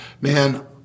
man